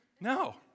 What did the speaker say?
no